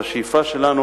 והשאיפה שלנו,